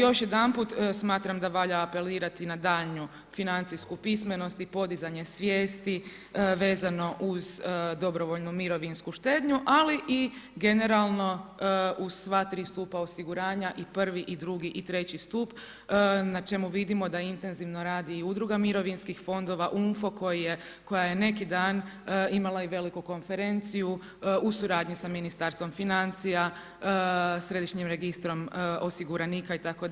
Još jedanput smatram da valja apelirati na daljnju financijsku pismenost i podizanje svijesti vezano uz dobrovoljnu mirovinsku štednju ali i generalno uz sva tri stupa osiguranja i prvi i drugi i treći stup na čemu vidimo da intenzivno radi i udruga mirovinskih fondova UMFO koja je neki dan imala i veliku konferenciju u suradnji sa Ministarstvom financija, središnjim registrom osiguranika itd.